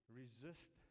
resist